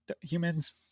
humans